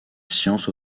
science